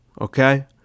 Okay